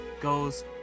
goes